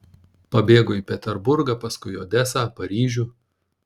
pabėgo į peterburgą paskui į odesą paryžių